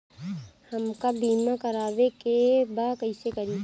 हमका बीमा करावे के बा कईसे करी?